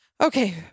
Okay